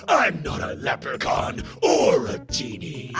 i'm not a leprechaun or a genie. aw,